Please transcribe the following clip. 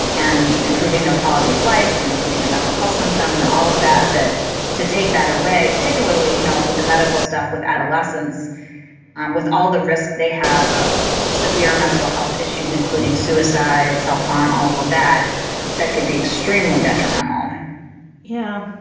and improving their quality of life and improving their mental health symptoms and all of that that to take that away particularly you know with the medical stuff with adolescents um with all the risk they have of severe mental health issues including suicide self harm all that that could be extremely detrimental yeah.